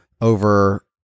over